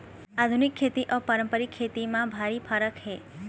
आधुनिक खेती अउ पारंपरिक खेती म भारी फरक हे